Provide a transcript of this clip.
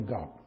God